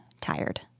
tired